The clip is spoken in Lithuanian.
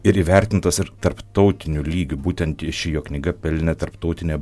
ir įvertintas ir tarptautiniu lygiu būtent ši jo knyga pelnė tarptautinę